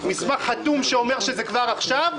מסמך חתום שאומר שזה כבר עכשיו,